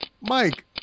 Mike